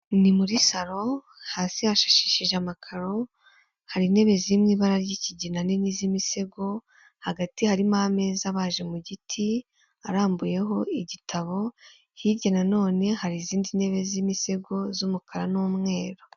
Ni muri salo hasi hashashishije amakaro hari intebe zimwe ibara ry'ikigina nini z'imisego hagati harimo ameza abaje mu giti arambuyeho igitabo hirya naone hari izindi ntebe z'imisego z'umukara n'umweru.